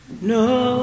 no